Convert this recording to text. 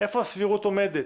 איפה הסבירות עומדת?